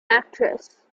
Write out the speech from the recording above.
actress